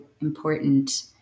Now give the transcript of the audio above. important